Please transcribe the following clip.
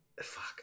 fuck